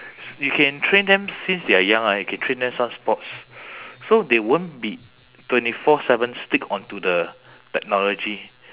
you can train them since they are young ah you can train them some sports so they won't be twenty four seven stick onto the technology